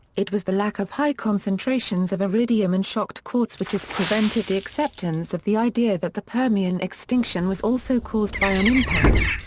it was the lack of high concentrations of iridium and shocked quartz which has prevented the acceptance of the idea that the permian extinction was also caused by an impact.